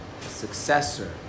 successor